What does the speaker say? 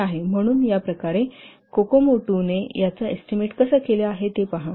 हे आहे म्हणून या प्रकारे कोकोमो II ने याचा एस्टीमेट कसा केला आहे ते पहा